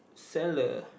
sell the